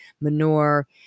manure